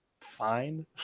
fine